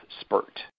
spurt